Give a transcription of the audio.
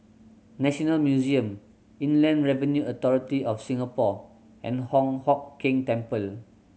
National Museum Inland Revenue Authority of Singapore and Hong Hock Keng Temple